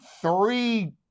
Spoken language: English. three